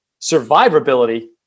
survivability